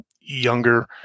younger